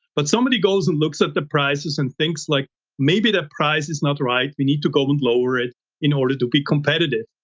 but somebody goes and looks up the prices and thinks like maybe the price is not right. we need to go and lower it in order to be competitive.